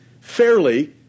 fairly